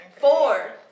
Four